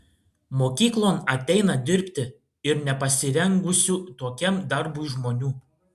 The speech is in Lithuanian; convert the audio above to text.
mokyklon ateina dirbti ir nepasirengusių tokiam darbui žmonių